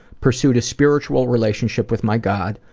pursued a spiritual relationship with my god,